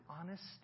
honesty